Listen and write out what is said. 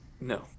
No